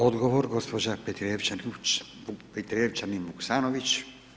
Odgovor, gospođa Petrijevčanin Vuksanović.